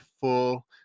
full